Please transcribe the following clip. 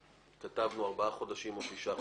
כתבנו ארבעה חודשים או שישה חודשים.